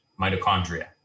mitochondria